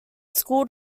school